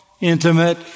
intimate